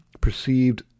perceived